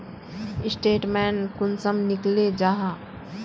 Statement कुंसम निकले जाहा?